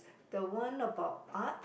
the one about Art